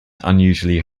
unusually